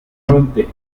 fuente